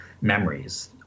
memories